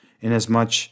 inasmuch